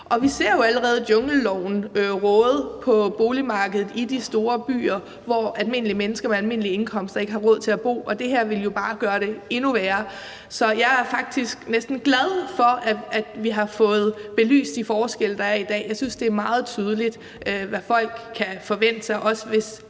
vi ser jo allerede jungleloven råde i de store byer, hvor almindelige mennesker med almindelige indkomster ikke har råd til at bo, og det her vil bare gøre det endnu værre. Så jeg er faktisk næsten glad for, at vi har fået belyst de forskelle, der er i dag. Jeg synes, det er meget tydeligt, hvad folk kan forvente, hvis